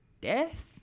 Death